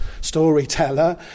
storyteller